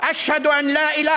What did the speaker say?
(אומר בערבית: